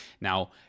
Now